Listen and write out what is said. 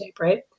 right